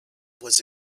was